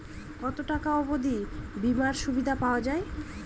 কত টাকা অবধি বিমার সুবিধা পাওয়া য়ায়?